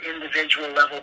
individual-level